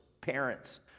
parents